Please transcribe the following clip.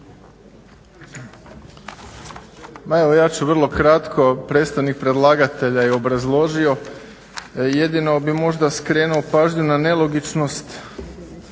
Hvala.